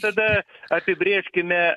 tada apibrėžkime